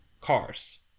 Cars